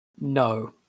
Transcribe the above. no